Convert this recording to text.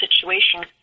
situation